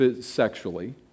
sexually